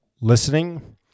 listening